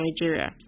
nigeria